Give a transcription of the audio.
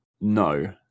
no